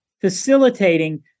facilitating